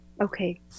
Okay